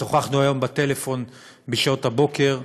שוחחנו היום בטלפון בשעות הבוקר.